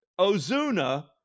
Ozuna